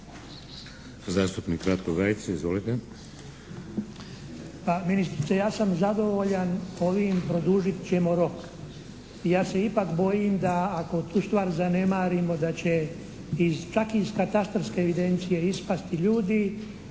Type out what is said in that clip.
**Gajica, Ratko (SDSS)** Pa ministrice, ja sam zadovoljan ovim "produžit ćemo rok". Ja se ipak bojim da ako tu stvar zanemarimo da će iz takvih, katastarske evidencije ispasti ljudi